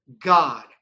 God